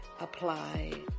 apply